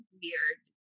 weird